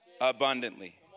Abundantly